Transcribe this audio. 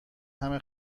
همه